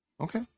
Okay